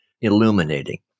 illuminating